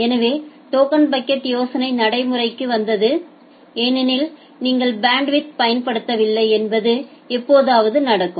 எனவே token bucket யோசனை நடைமுறைக்கு வந்தது ஏனெனில் நீங்கள் பேண்ட்வித் பயன்படுத்தவில்லை என்பது எப்போதாவது நடக்கும்